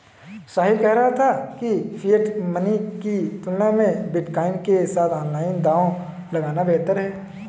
साहिल कह रहा था कि फिएट मनी की तुलना में बिटकॉइन के साथ ऑनलाइन दांव लगाना बेहतर हैं